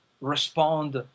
respond